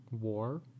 war